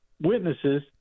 witnesses